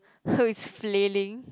it's flailing